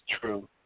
true